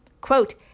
quote